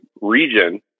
region